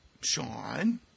Sean